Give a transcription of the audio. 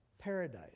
paradise